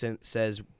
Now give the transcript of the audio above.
says